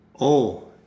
Oh